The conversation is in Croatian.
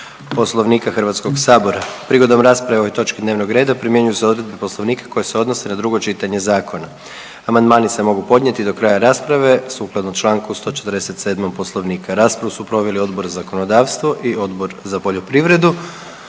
Poslovnika HS-a. Prigodom rasprave o ovoj točki dnevnog reda primjenjuju se odredbe poslovnika koje se odnose na drugo čitanje zakona. Amandmani se mogu podnijeti do kraja rasprave sukladno čl. 147. Poslovnika. Raspravu su proveli Odbor za zakonodavstvo i Odbor za poljoprivredu.